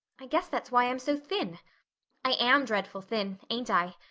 i guess that's why i'm so thin i am dreadful thin, ain't i?